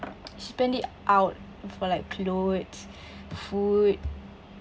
she spent it out for like clothes food